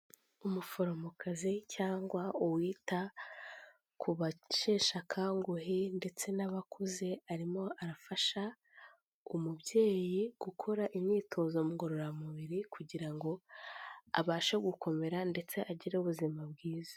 Umuforomokazi cyangwa uwita, ku basheshakanguhe ndetse n'abakuze arimo arafasha, umubyeyi gukora imyitozo ngororamubiri kugira ngo abashe gukomera ndetse agire ubuzima bwiza.